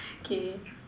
K